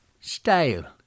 Style